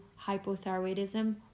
hypothyroidism